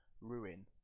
ruin